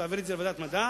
להעביר את זה לוועדת המדע,